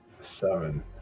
Seven